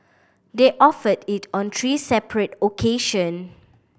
they offered it on three separate occasion